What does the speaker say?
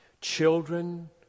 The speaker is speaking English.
Children